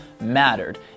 mattered